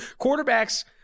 Quarterbacks